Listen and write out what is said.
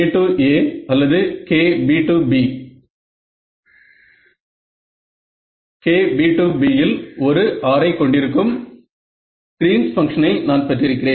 KAA அல்லது KBB இல் ஒரு R ஐ கொண்டிருக்கும் கிரீன்ஸ் பங்ஷனை Greens function நான் பெற்றிருக்கிறேன்